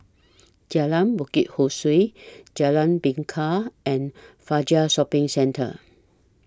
Jalan Bukit Ho Swee Jalan Bingka and Fajar Shopping Centre